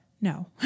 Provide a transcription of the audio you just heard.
no